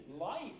life